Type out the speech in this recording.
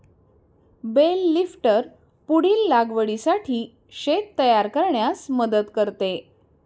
bell lifter पुढील लागवडीसाठी शेत तयार करण्यास मदत करते